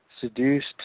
seduced